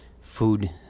food